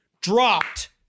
dropped